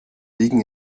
liegen